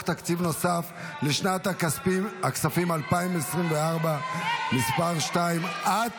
תקציב נוסף לשנת הכספים 2024 (מס' 2),